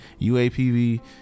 UAPV